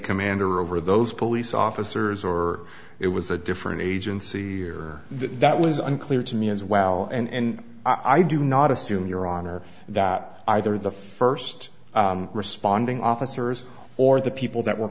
commander over those police officers or it was a different agency that was unclear to me as well and i do not assume your honor that either the first responding officers or the people that were